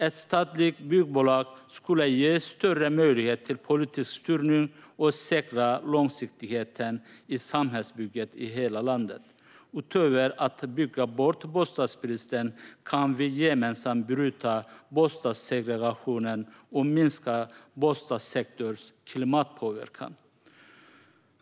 Ett statligt byggbolag skulle ge större möjlighet till politisk styrning och säkra långsiktigheten i samhällsbygget i hela landet, och utöver att bygga bort bostadsbristen kan vi gemensamt bryta bostadssegregationen och minska bostadssektorns klimatpåverkan.